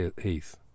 Heath